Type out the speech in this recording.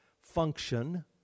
function